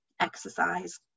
exercise